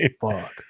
fuck